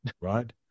right